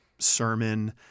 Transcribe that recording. Sermon